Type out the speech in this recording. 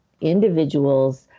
individuals